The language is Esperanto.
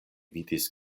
vidis